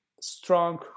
strong